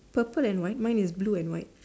purple and white mine is blue and white